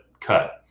cut